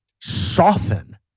soften